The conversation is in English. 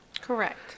Correct